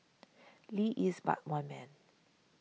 Lee is but one man